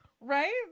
right